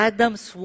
Adam's